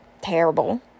terrible